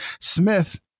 Smith